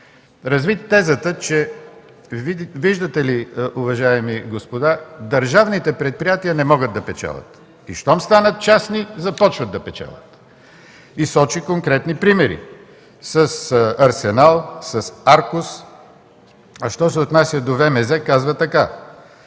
разви тезата, че: „Виждате ли, уважаеми господа, държавните предприятия не могат да печелят и щом станат частни започват да печелят”. Сочи конкретни примери – с „Арсенал”, с „Аркус”, а що се отнася до ВМЗ казва така: